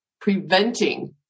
preventing